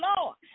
Lord